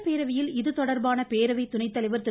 சட்டப்பேரவையில் இதுதொடர்பான பேரவை துணைத்தலைவர்திரு